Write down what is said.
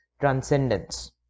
transcendence